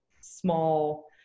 small